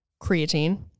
creatine